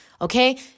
Okay